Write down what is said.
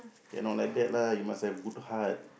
cannot like that lah you must have good heart